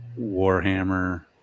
Warhammer